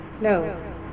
No